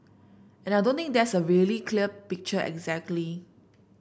and I don't think there's a really clear picture exactly